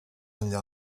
enllà